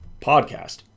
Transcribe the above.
Podcast